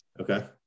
Okay